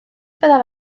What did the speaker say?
byddaf